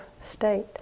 state